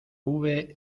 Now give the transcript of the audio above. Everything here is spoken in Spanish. hube